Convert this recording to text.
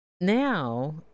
Now